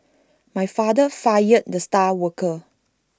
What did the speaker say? my father fired the star worker